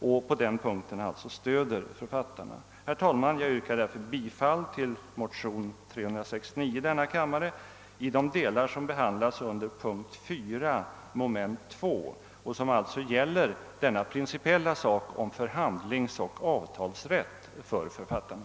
Jag yrkar därför bifall till motionerna I: 325 och II: 369 i de delar som behandlas under punkt 4 mom. 2 och som alltså gäller denna principiella fråga om förhandlingsoch avtalsrätt för författarna.